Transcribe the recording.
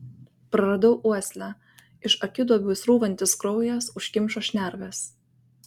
praradau uoslę iš akiduobių srūvantis kraujas užkimšo šnerves